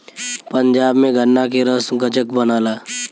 पंजाब में गन्ना के रस गजक बनला